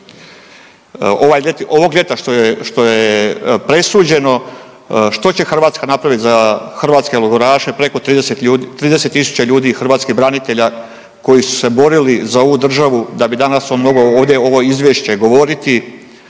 ovog ljeta što je presuđeno, što će Hrvatska napraviti za hrvatske logoraše preko 30 ljudi, 30.000 ljudi i hrvatskih branitelja koji su se borili za ovu državu da bi danas on mogao ovdje ovo izvješće govoriti.